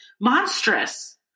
monstrous